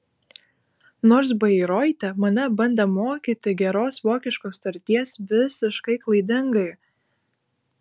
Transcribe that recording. nors bairoite mane bandė mokyti geros vokiškos tarties visiškai klaidingai